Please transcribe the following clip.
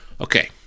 Okay